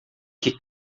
que